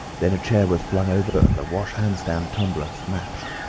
then a chair was flung over and the wash-hand stand tumbler smashed.